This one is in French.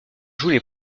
jouent